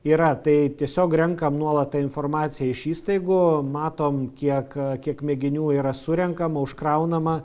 yra tai tiesiog renkam nuolat tą informaciją iš įstaigų matom kiek kiek mėginių yra surenkama užkraunama